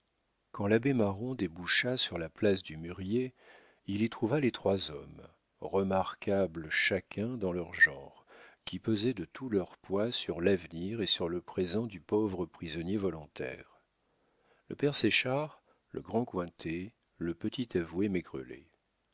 quand l'abbé marron déboucha sur la place du mûrier il y trouva les trois hommes remarquables chacun dans leur genre qui pesaient de tout leur poids sur l'avenir et sur le présent du pauvre prisonnier volontaire le père séchard le grand cointet le petit avoué